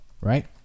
Right